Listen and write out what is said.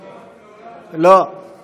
לא, לא.